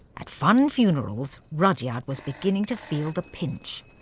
at funn funerals, rudyard was beginning to feel the pinch.